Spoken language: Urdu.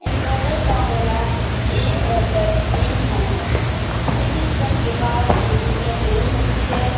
انورٹر کا ہونا ایک بہترین حل ہے لیکن سب کے پاس یہ سہولت نہیں ہوتی ہے